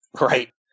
Right